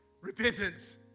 repentance